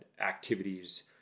activities